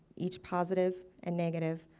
each positive and negative